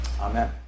Amen